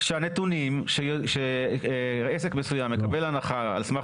שהנתונים על כך שעסק מסוים מקבל הנחה על סמך